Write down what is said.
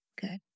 Good